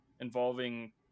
involving